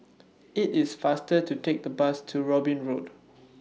IT IS faster to Take The Bus to Robin Road